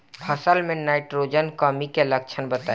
फसल में नाइट्रोजन कमी के लक्षण बताइ?